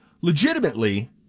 legitimately